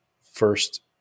first